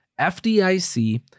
FDIC